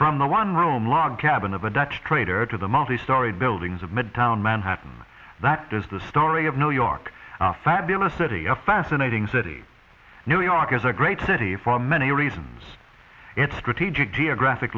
from the one room log cabin of a dutch traitor to the multi story buildings of midtown manhattan that is the story of new york our fabulous city a fascinating city new york is a great city for many reasons its strategic dia graphic